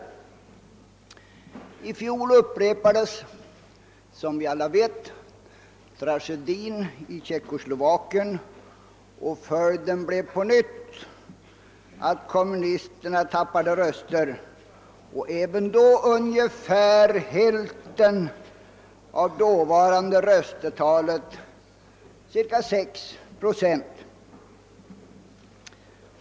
I fjol upprepades, som vi alla vet, tragedin i Tjeckoslovakien, och följden blev på nytt att kommunisterna tappade röster och även vid det tillfället ungefär hälften av det dåvarande röstetalet, cirka 6 procent.